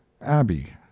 Abby